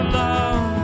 love